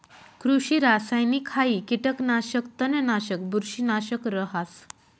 कृषि रासायनिकहाई कीटकनाशक, तणनाशक, बुरशीनाशक रहास